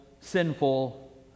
sinful